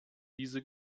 diese